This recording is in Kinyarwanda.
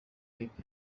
rimwe